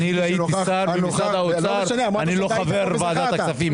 אני לא הייתי חבר ועדת הכספים.